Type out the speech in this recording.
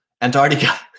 Antarctica